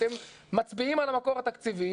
אתם מצביעים על המקור התקציבי,